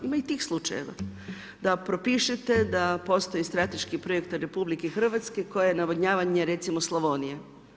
Ima i tih slučajeva, da propišete, da postoji strateški projekt RH koji je navodnjavanje recimo Slavonije.